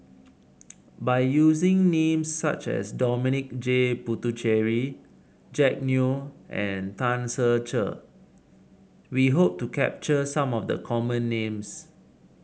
by using names such as Dominic J Puthucheary Jack Neo and Tan Ser Cher we hope to capture some of the common names